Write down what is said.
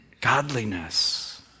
Godliness